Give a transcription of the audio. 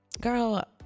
Girl